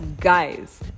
guys